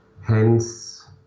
Hence